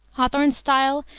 hawthorne's style,